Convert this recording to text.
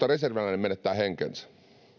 reserviläinen menettää henkensä